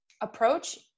approach